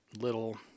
little